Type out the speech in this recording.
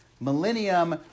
millennium